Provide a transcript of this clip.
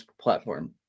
platform